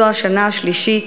זו השנה השלישית,